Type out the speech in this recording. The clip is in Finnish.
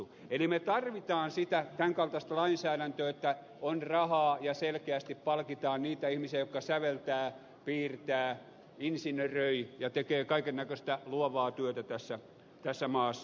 eli me tarvitsemme tämän kaltaista lainsäädäntöä että on rahaa ja selkeästi palkitaan niitä ihmisiä jotka säveltävät piirtävät insinöröivät ja tekevät kaiken näköistä luovaa työtä tässä maassa